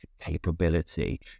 capability